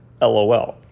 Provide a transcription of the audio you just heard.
LOL